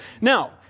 Now